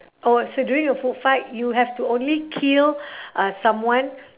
oh so during a food fight you have to only kill uh someone